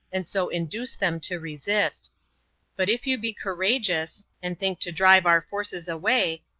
and so induce them to resist but if you be courageous, and think to drive our forces away,